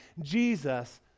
Jesus